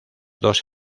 dos